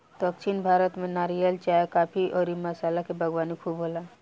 दक्षिण भारत में नारियल, चाय, काफी अउरी मसाला के बागवानी खूब होला